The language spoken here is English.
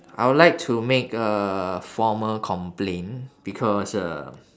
I would like to make a formal complaint because uh